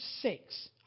six